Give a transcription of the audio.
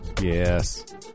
Yes